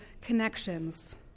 connections